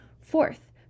Fourth